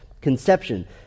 conception